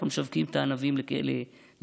אנחנו משווקים את הענבים ליקב.